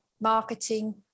marketing